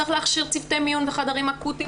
צריך להכשיר צוותי מיון וחדרים אקוטיים